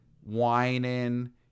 whining